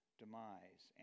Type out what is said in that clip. demise